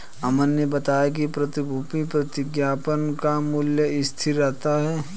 अमन ने बताया कि प्रतिभूति प्रतिज्ञापत्र का मूल्य स्थिर रहता है